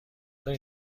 داری